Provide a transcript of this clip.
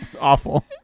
awful